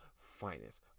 Finest